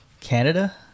Canada